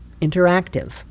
interactive